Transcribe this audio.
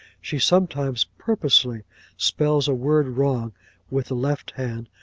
she sometimes purposely spells a word wrong with the left hand,